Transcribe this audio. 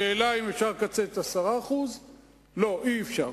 השאלה היא אם אפשר לקצץ 10%. לא, אי-אפשר,